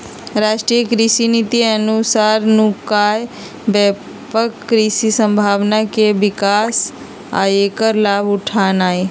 राष्ट्रीय कृषि नीति अनुसार नुकायल व्यापक कृषि संभावना के विकास आ ऐकर लाभ उठेनाई